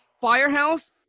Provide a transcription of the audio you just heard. Firehouse